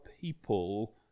people